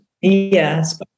yes